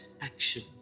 action